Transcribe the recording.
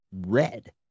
red